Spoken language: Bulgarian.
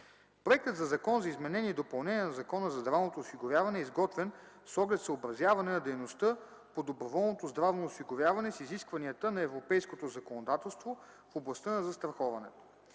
Проектът на Закон за изменение и допълнение на Закона за здравното осигуряване е изготвен с оглед съобразяване на дейността по доброволното здравно осигуряване с изискванията на европейското законодателство в областта на застраховането.